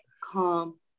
calm